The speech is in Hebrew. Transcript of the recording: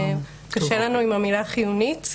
קשה לנו עם המילה חיונית,